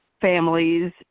families